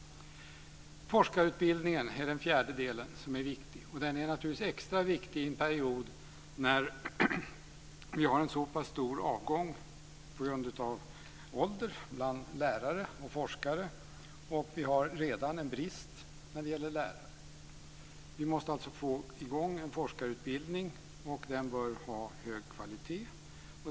Forskarutbildningen är den fjärde delen som är viktig. Den är naturligtvis extra viktig i en period när vi har en så pass stor avgång bland lärare och forskare, på grund av ålder. Vi har redan en brist på lärare. Vi måste få i gång en forskarutbildning. Den bör ha hög kvalitet.